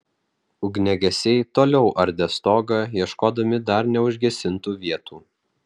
ugniagesiai toliau ardė stogą ieškodami dar neužgesintų vietų